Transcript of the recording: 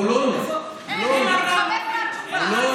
הוא מתחמק מהתשובה.